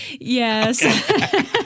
Yes